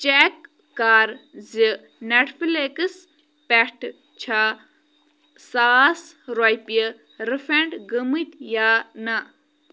check کَر زِ Netflix پٮ۪ٹھٕ چھےٚ ساس رۄپیہِ رِفنٛڈ گٔمٕتۍ یا نہ